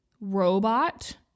robot